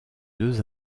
deux